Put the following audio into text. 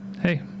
hey